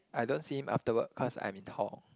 I don't see him after work cause I'm in hall